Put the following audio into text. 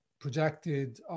projected